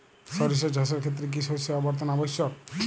সরিষা চাষের ক্ষেত্রে কি শস্য আবর্তন আবশ্যক?